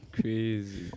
crazy